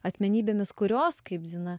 asmenybėmis kurios kaip zina